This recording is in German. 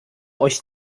euch